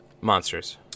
monsters